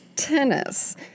Tennis